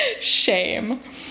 Shame